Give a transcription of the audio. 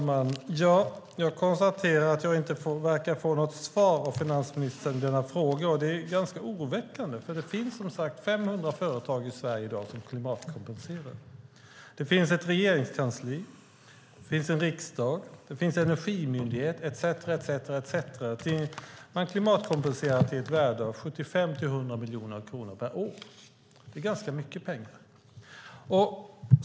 Herr talman! Jag verkar inte få något svar av finansministern på mina frågor, och det är ganska oroväckande. Det finns som sagt 500 företag i Sverige i dag som klimatkompenserar. Det finns ett regeringskansli, en riksdag, en energimyndighet etcetera. Man klimatkompenserar för 75-100 miljoner kronor per år, och det är ganska mycket pengar.